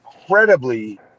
incredibly